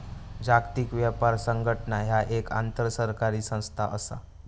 जागतिक व्यापार संघटना ह्या एक आंतरसरकारी संस्था असा